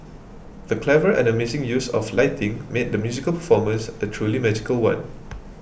the clever and amazing use of lighting made the musical performance a truly magical one